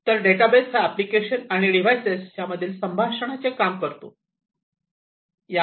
तर डेटाबेस हा एप्लीकेशन आणि डिव्हाइसेस यामधील संभाषणाचे काम करतो